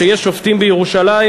שיש שופטים בירושלים,